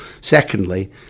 secondly